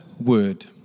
word